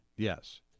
Yes